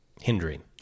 hindering